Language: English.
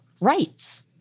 rights